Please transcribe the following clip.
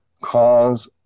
cause